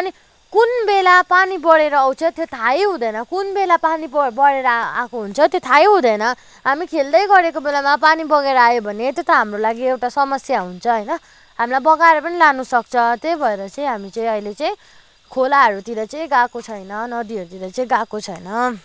अनि कुन बेला पानी बढेर आउँछ त्यो थाहै हुँदैन कुन बेला पानी ब बढेर आएको हुन्छ त्यो थाहै हुँदैन हामी खेल्दै गरेको बेलामा पानी बगेर आयो भने त्यो त हाम्रो लागि एउटा समस्या हुन्छ होइन हामीलाई बगाएर पनि लानुसक्छ त्यही भएर अहिले चाहिँ हामी चाहिँ खोलाहरूतिर चाहिँ गएको छैन नदीहरूतिर चाहिँ गएको छैन